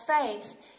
faith